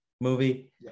movie